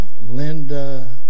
Linda